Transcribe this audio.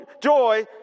joy